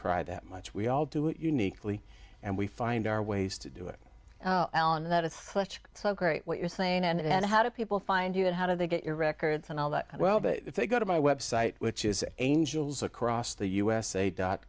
cry that much we all do it uniquely and we find our ways to do it and that is so great what you're saying and how do people find you and how do they get your records and all that well but if they go to my website which is angels across the usa dot